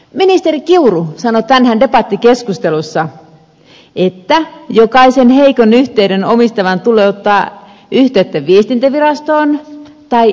ministeri kiuru sanoi tänään debattikeskustelussa että jokaisen heikon yhteyden omistavan tulee ottaa yhteyttä viestintävirastoon tai häneen suoraan